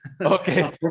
Okay